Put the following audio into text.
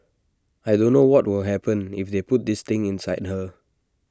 I don't know what will happen if they put this thing inside her